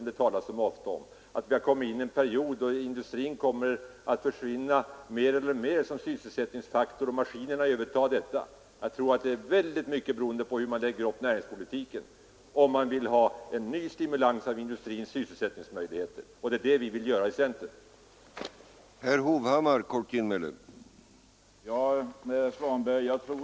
Det talas så ofta om att vi kommit in i en period då industrin försvinner mer och mer som sysselsättningsfaktor och maskinerna övertar arbetet. Jag tror att det i utomordentligt stor utsträckning beror på hur man lägger upp näringspolitiken så att man siktar på ny stimulans av industrins sysselsättningsmöjligheter. Det är bl.a. detta vi vill i centern med vår näringspolitik.